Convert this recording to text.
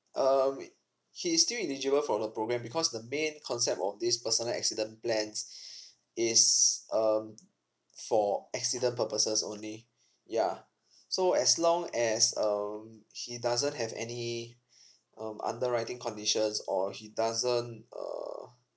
uh uh um we he is still eligible for the programme because the main concept of this personal accident plans is um for accident purposes only yeah so as long as um he doesn't have any um underlying conditions or he doesn't uh